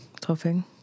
topping